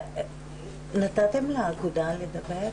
נתתם לאגודה לדבר?